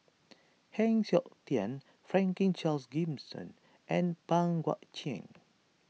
Heng Siok Tian Franklin Charles Gimson and Pang Guek Cheng